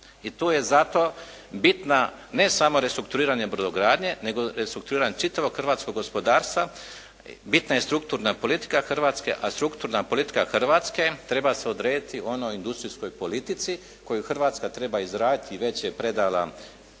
I tu je zato bitna ne samo restrukturiranje brodogradnje, nego restrukturiranje čitavog hrvatskog gospodarstva. Bitna je strukturna politika Hrvatske, a strukturna politika Hrvatske treba se odrediti onoj industrijskoj politici koju Hrvatska treba izraditi i već je predala kao